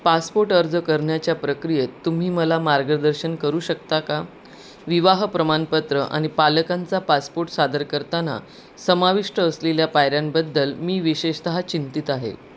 passport अर्ज करण्याच्या प्रक्रियेत तुम्ही मला मार्गदर्शन करू शकता का विवाह प्रमाणपत्र आणि पालकांचा पासपोर्ट सादर करताना समाविष्ट असलेल्या पायऱ्यांबद्दल मी विशेषतः चिंतित आहे